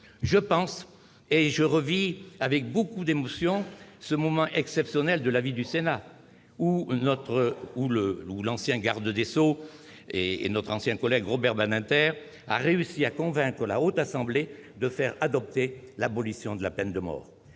Je repense avec beaucoup d'émotion à ce moment exceptionnel de la vie du Sénat où un ancien garde des sceaux, notre ancien collègue Robert Badinter, a réussi à convaincre la Haute Assemblée de faire adopter l'abolition de la peine de mort.